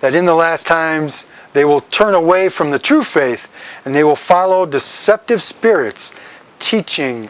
that in the last times they will turn away from the true faith and they will follow deceptive spirits teaching